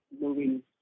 moving